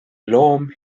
loom